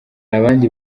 abandi